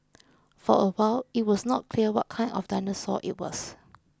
for a while it was not clear what kind of dinosaur it was